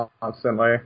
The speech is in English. constantly